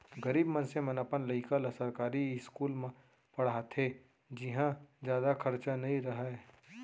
गरीब मनसे मन अपन लइका ल सरकारी इस्कूल म पड़हाथे जिंहा जादा खरचा नइ रहय